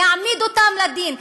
להעמיד אותם לדין,